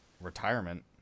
retirement